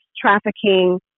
trafficking